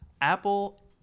Apple